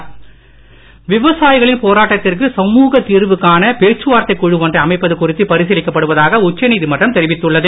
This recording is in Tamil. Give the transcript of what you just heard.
விவசாயிகள் நீதிமன்றம் விவசாயிகளின் போராட்டத்திற்கு சுமுக தீர்வு காண பேச்சுவார்த்தைக் குழு ஒன்றை அமைப்பது குறித்து பரிசீலிக்கப்படுவதாக உச்சநீதிமன்றம் தெரிவித்துள்ளது